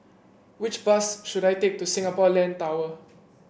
which bus should I take to Singapore Land Tower